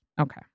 Okay